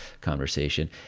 conversation